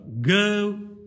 Go